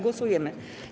Głosujemy.